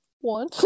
one